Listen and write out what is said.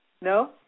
No